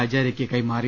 ആചാര്യയ്ക്ക് കൈമാറി